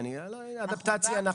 לגבי אדפטציה,